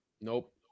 Nope